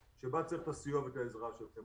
צריך את הסיוע ואת העזרה שלכם.